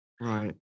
right